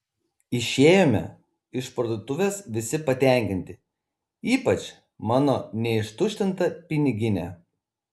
išėjome iš parduotuvės visi patenkinti ypač mano neištuštinta piniginė